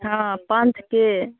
हँ पञ्चके